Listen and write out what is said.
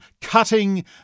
cutting